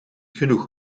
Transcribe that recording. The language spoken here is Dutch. genoeg